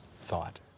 thought